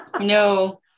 no